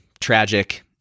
tragic